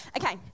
okay